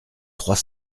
trois